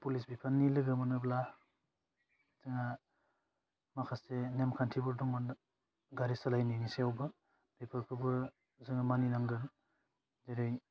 police बिफाननि लोगो मोनोब्ला जोहा माखासे नेमखान्थिफोर दङ गारि सालायनायनि सायावबो बेफोरखौबो जोङो मानिनांगोन जेरै